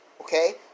Okay